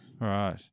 Right